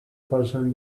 person